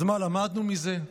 אז מה למדנו מזה?